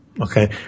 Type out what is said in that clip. okay